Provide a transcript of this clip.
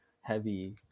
heavy